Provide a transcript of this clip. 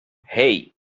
hey